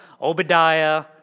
Obadiah